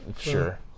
sure